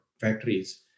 factories